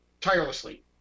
tirelessly